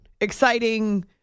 exciting